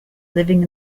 living